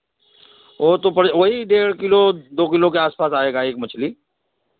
ओ तो पड़ वही डेढ़ किलो दो किलो के आस पास आएगा एक मछली